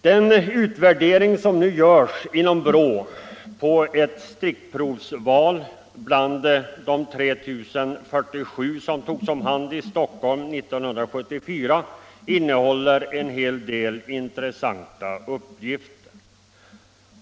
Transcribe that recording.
Den utvärdering som görs inom brottsförebyggande rådet bygger på ett stickprovsurval bland de 3 047 som togs om hand i Stockholm 1974. Den innehåller en hel del intressanta uppgifter.